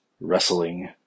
wrestling